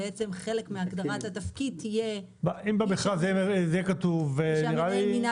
חלק מהגדרת התפקיד תהיה מי שהממונה מינה